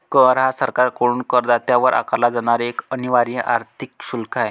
कर हा सरकारकडून करदात्यावर आकारला जाणारा एक अनिवार्य आर्थिक शुल्क आहे